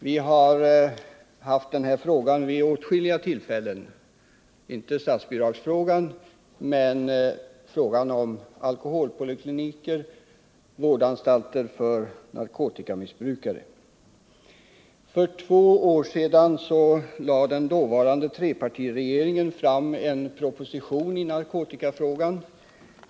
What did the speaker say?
Vi har haft denna fråga uppe vid åtskilliga tillfällen — inte statsbidragsfrågan men frågan om alkoholpolikliniker och vårdanstalter för narkotikamissbrukare. För två år sedan lade den dåvarande trepartiregeringen fram en proposition i narkotikafrågan.